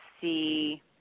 see